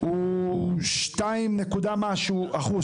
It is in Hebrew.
הוא 2 נקודה משהו אחוז.